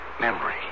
memory